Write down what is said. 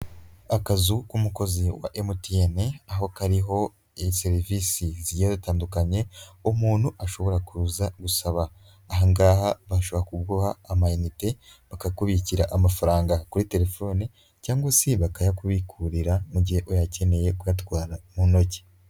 Akazu k'umukozi wa MTN aho kariho iyi serivisi zigenda zidutandukanye umuntu ashobora kuza gusaba. Ahangaha bashobora kuguha amayinite, bakakubikira amafaranga kuri telefoni, cyangwa se bakayakubikurira mu gihe uyakeneye kuyatwara mu ntoki.